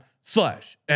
slash